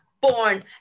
born